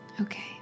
Okay